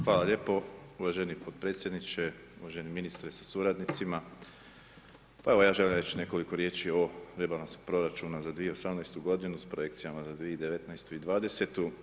Hvala lijep uvaženi podpredsjedniče, uvaženi ministre sa suradnicima, pa evo ja želim reći nekoliko riječi o rebalansu proračuna za 2018. s projekcijama na 2019. i 2020.